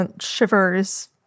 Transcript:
shivers